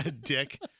Dick